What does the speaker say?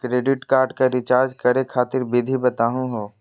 Credit card क recharge करै खातिर विधि बताहु हो?